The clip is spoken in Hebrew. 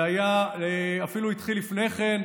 זה אפילו התחיל לפני כן,